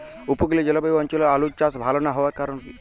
উপকূলীয় জলবায়ু অঞ্চলে আলুর চাষ ভাল না হওয়ার কারণ?